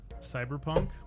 Cyberpunk